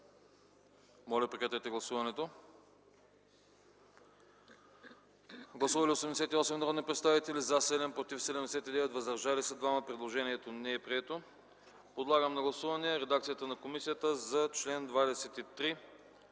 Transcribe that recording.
комисията не подкрепя. Гласували 88 народни представители: за 7, против 79, въздържали се 2. Предложението не е прието. Подлагам на гласуване редакцията на комисията за чл. 23